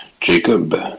Jacob